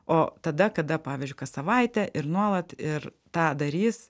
o tada kada pavyzdžiui kas savaitę ir nuolat ir tą darys